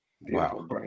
wow